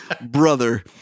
Brother